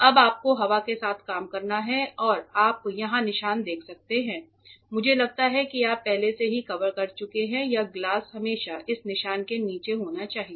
अब आपको हवा के साथ काम करना है और आप यहां निशान देख सकते हैं मुझे लगता है कि आप पहले से ही कवर कर चुके हैं यह गिलास हमेशा इस निशान के नीचे होना चाहिए